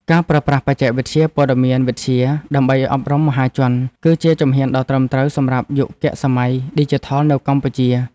ការប្រើប្រាស់បច្ចេកវិទ្យាព័ត៌មានវិទ្យាដើម្បីអប់រំមហាជន គឺជាជំហានដ៏ត្រឹមត្រូវសម្រាប់យុគសម័យឌីជីថលនៅកម្ពុជា។